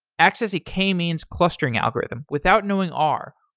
access a k-means clustering algorithm without knowing r,